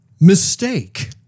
mistake